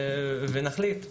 ונחליט.